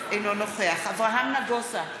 אינו נוכח אברהם נגוסה,